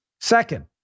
Second